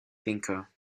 thinker